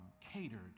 catered